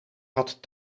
had